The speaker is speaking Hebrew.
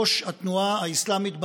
ראש התנועה האסלאמית בדרום,